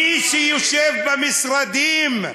מי שיושב במשרדים,